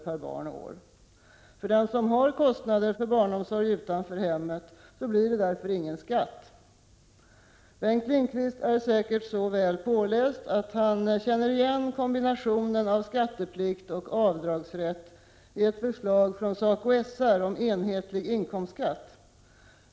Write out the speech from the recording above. per barn och år. För den som har kostnader för barnomsorgen utanför hemmet blir det därför ingen skatt. Bengt Lindqvist är säkert så väl påläst att han känner igen kombinationen av skatteplikt och avdragsrätt i ett förslag från SACO/SR om enhetlig inkomstskatt.